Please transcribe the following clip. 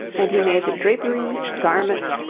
and he made the draperies, garments,